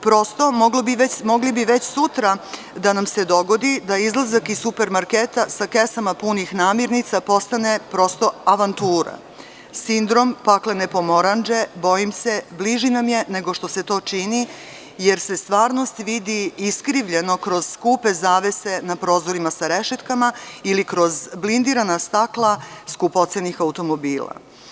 Prosto, mogli bi već sutra da nam se dogodi da izlazak iz supermerketa sa kesama punih namirnica postane prosto avantura, sindrom paklene pomorandže, bojim se bliži nem je nego što se to čini jer se u stvarnosti vidi iskrivljeno kroz skupe zavese na prozorima sa rešetkama ili kroz blindirana stakla skupocenih automobila.